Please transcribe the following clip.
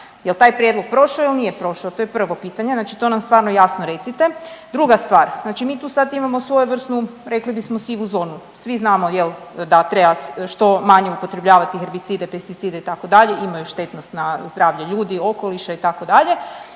Jel taj prijedlog prošao ili nije prošao? To je prvo pitanje, znači to nam stvarno jasno recite. Druga stvar, znači mi tu sad imamo svojevrsnu rekli bismo sivu zonu, svi znamo da treba što manje upotrebljavati herbicide, pesticide itd., imaju štetnost na zdravlje ljudi, okoliša itd.,